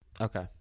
Okay